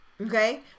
Okay